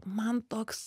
man toks